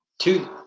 Two